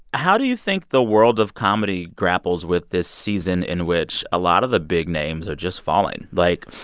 how do you think the world of comedy grapples with this season in which a lot of the big names are just falling? like,